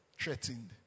threatened